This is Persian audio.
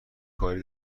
کاری